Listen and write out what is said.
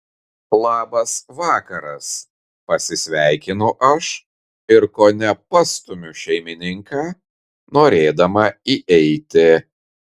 labas vakaras pasisveikinu aš ir kone pastumiu šeimininką norėdama įeiti